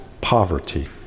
poverty